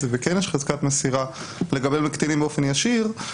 וכן יש חזקת מסירה לגבי קטינים באופן ישיר,